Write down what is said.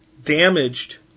damaged